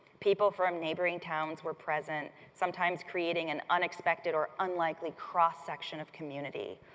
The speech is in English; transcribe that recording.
people from neighboring towns were present, sometimes creating an unexpected or unlikely cross-section of community.